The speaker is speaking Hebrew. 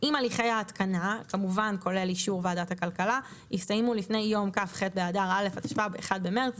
הליכי ההתקנה יסתיימו לפני יום כ"ח באדר א' התשפ"ב (1 במרס 2022),